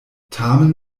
tamen